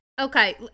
Okay